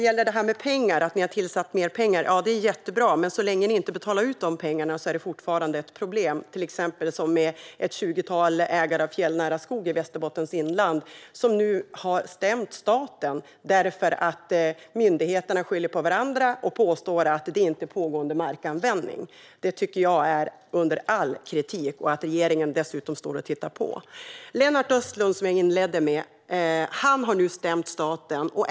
Att ni har avsatt mer pengar är jättebra, men så länge ni inte betalar ut pengarna är det fortfarande ett problem. Exempelvis har ett tjugotal ägare av fjällnära skog i Västerbottens inland nu stämt staten därför att myndigheterna skyller på varandra och påstår att det inte handlar om pågående markanvändning. Det och att regeringen dessutom står och tittar på tycker jag är under all kritik. Lennart Östlund, som jag inledde med att berätta om, har nu stämt staten.